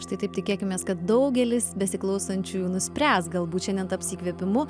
štai taip tikėkimės kad daugelis besiklausančiųjų nuspręs galbūt šiandien taps įkvėpimu